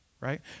right